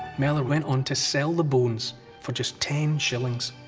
mellor went on to sell the bones for just ten shillings.